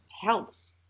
helps